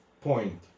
point